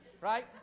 Right